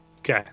Okay